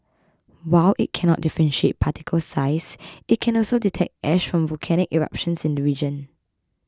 while it cannot differentiate particle size it can also detect ash from volcanic eruptions in the region